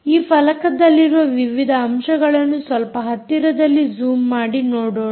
ಈ ಫಲಕದಲ್ಲಿರುವ ವಿವಿಧ ಅಂಶಗಳನ್ನು ಸ್ವಲ್ಪ ಹತ್ತಿರದಲ್ಲಿ ಜೂಮ್ ಮಾಡಿ ನೋಡೋಣ